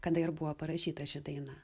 kada ir buvo parašyta ši daina